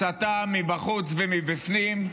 הסתה מבחוץ ומבפנים,